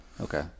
okay